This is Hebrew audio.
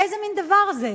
איזה מין דבר זה?